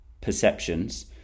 perceptions